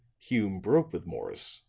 hume broke with morris.